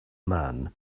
man